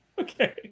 okay